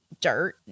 dirt